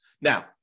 Now